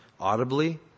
audibly